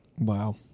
Wow